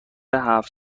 هفت